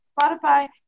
Spotify